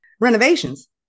renovations